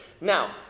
Now